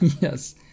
Yes